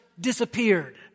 disappeared